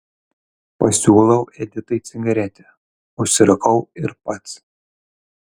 pasiūlau editai cigaretę užsirūkau ir pats